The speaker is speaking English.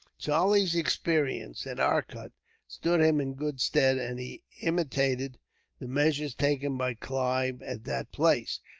charlie's experience at arcot stood him in good stead, and he imitated the measures taken by clive at that place.